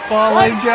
Falling